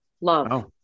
Love